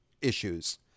issues